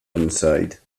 inside